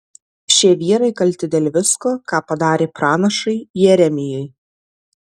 šie vyrai kalti dėl visko ką padarė pranašui jeremijui